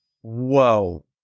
Whoa